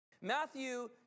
Matthew